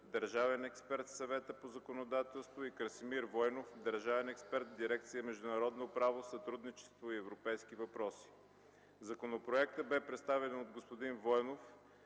държавен експерт в Съвета по законодателство, и Красимир Войнов, държавен експерт в дирекция „Международно правно сътрудничество и европейски въпроси”. Законопроектът бе представен от господин Войнов.